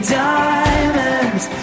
diamonds